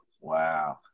Wow